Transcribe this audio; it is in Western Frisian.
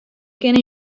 kinne